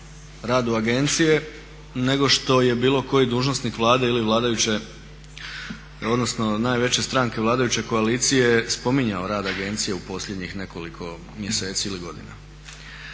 radu agencije nego što je bilo koji dužnosnik Vlade ili vladajuće, odnosno najveće stranke vladajuće koalicije spominjao rad agencije u posljednjih nekoliko mjeseci ili godina.